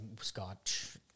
Scotch